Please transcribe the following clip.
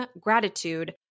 gratitude